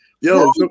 Yo